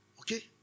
Okay